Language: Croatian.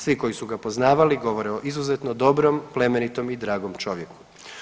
Svi koji su ga poznavali govore o izuzetno dobrom, plemenitom i dragom čovjeku.